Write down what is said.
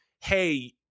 Hey